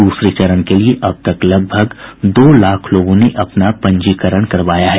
दूसरे चरण के लिए अब तक लगभग दो लाख लोगों ने अपना पंजीकरण करवाया है